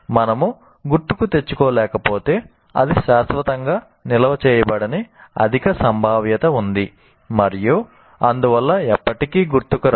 మనము గుర్తుకు తెచ్చుకోలేకపోతే అది శాశ్వతంగా నిల్వ చేయబడని అధిక సంభావ్యత ఉంది మరియు అందువల్ల ఎప్పటికీ గుర్తుకు రాదు